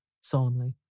solemnly